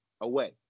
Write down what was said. away